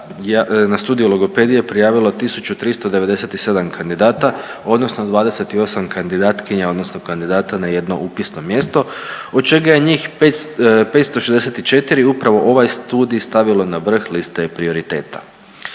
na studij logopedije prijavilo 1397 kandidata, odnosno 28 kandidatkinja odnosno kandidata na jedno upisno mjesto od čega je njih 564 upravo ovaj studij stavilo na vrh liste prioriteta.